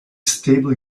stable